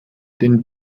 denn